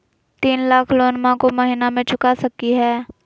तीन लाख लोनमा को महीना मे चुका सकी हय?